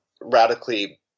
radically